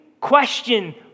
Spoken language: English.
question